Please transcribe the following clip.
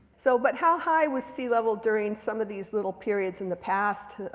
so but how high was sea level during some of these little periods in the past